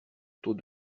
taux